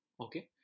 okay